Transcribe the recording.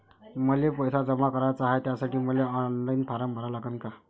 मले पैसे जमा कराच हाय, त्यासाठी मले ऑनलाईन फारम भरा लागन का?